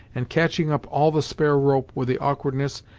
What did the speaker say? and catching up all the spare rope with the awkwardness,